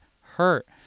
hurt